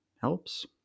helps